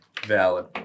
valid